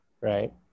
right